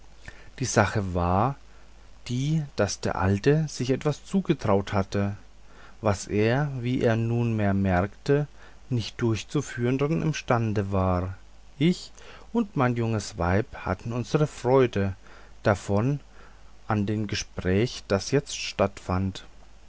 die sache war die daß der alte sich etwas zugetraut hatte was er wie er nunmehr merkte nicht durchzuführen imstande war ich und mein junges weib hatten unsere freude davon an dem gespräch das jetzt stattfand